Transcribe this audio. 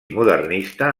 modernista